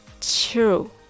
true